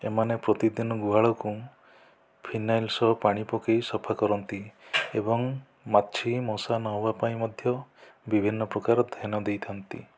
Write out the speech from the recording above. ଏମାନେ ପ୍ରତିଦିନ ଗୁହାଳକୁ ଫିନାଇଲ ସହ ପାଣି ପକାଇ ସଫା କରନ୍ତି ଏବଂ ମାଛି ମଶା ନ ହେବା ପାଇଁ ମଧ୍ୟ ବିଭିନ୍ନ ପ୍ରକାର ଧ୍ୟାନ ଦେଇଥାନ୍ତି